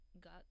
got